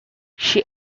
she